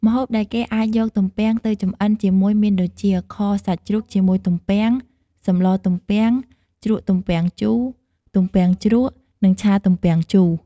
ម្ហូបដែលគេអាចយកទំពាំងទៅចម្អិនជាមួយមានដូចជា ខសាច់ជ្រូកជាមួយទំពាំង សម្លទំពាំង ជ្រក់ទំពាំងជូរ ទំពាំងជ្រក់ និងឆាទំំពាំងជូរ។